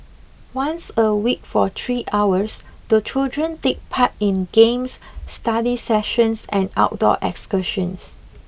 once a week for three hours the children take part in games study sessions and outdoor excursions